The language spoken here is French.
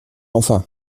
enfin